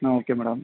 okay madam